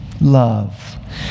love